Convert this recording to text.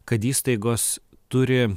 kad įstaigos turi